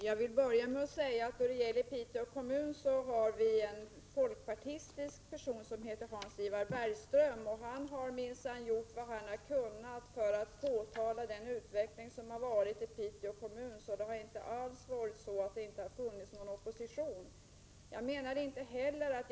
Herr talman! I Piteå kommun finns en folkpartist som heter Hans Ivar Bergström. Han har minsann gjort vad han har kunnat för att påtala den utveckling som skett i Piteå kommun. Det är alltså inte alls så att det inte har funnits någon opposition.